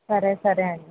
సరే సరే అండి